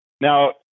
Now